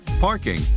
parking